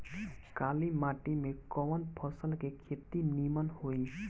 काली माटी में कवन फसल के खेती नीमन होई?